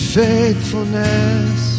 faithfulness